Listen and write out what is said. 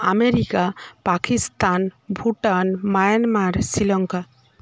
America Pakistan Bhutan Myanmar Sri Lanka